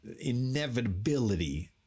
inevitability